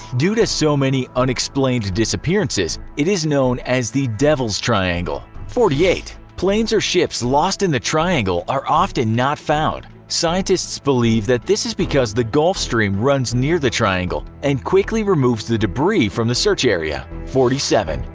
due to so many unexplained disappearances, it is also known as the devil's triangle. forty eight. planes or ships lost in the triangle are often not found scientists believe that this is because the gulf stream runs near the triangle and quickly removes the debris from the search area. forty seven.